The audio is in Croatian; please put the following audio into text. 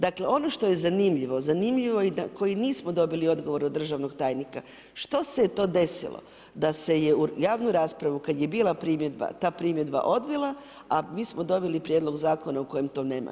Dakle ono što je zanimljivo, zanimljivo je i koji nismo dobili odgovor od državnog tajnika, što se je to desilo da se je u javnu raspravu kada je bila ta primjedba odbila a mi smo dobili prijedlog zakona u kojem to nema.